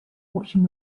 watching